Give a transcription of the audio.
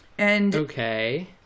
Okay